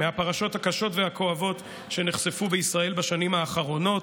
מהפרשות הקשות והכואבות שנחשפו בישראל בשנים האחרונות.